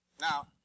Now